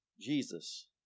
Jesus